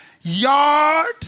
yard